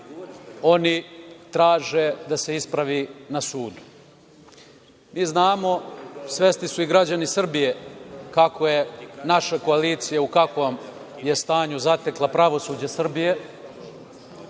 oni traže da se ispravi na sudu. Mi znamo, svesni su i građani Srbije kako je naša koalicija, u kakvom je stanju zatekla pravosuđe Srbije